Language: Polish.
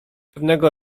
pewnego